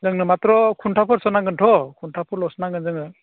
जोंनो मात्र' खुन्थाफोरसो नांगोनथ' खुन्थाफोरल'सो नांगोन जोंनो